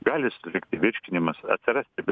gali sutrikti virškinimas atsirasti